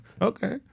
Okay